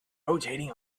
rotating